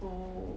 oh